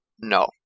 No